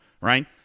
right